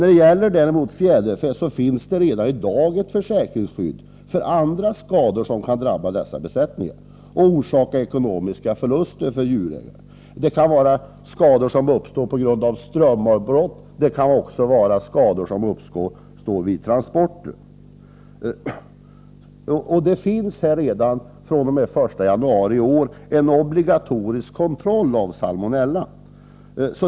När det däremot gäller fjäderfä finns det redan i dag ett försäkringsskydd för andra skador som kan drabba besättningarna och orsaka ekonomiska förluster för djurägarna. Det kan vara skador som uppstår på grund av strömavbrott, och det kan också vara skador som uppstår vid transporter. Vidare finns redan fr.o.m. den 1 januari i år en obligatorisk salmonellakontroll.